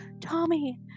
Tommy